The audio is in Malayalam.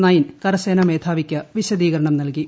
നയിൻ കരസേനാ മേധാവിക്ക് വിശദീകരണം നൽകി